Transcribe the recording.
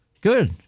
Good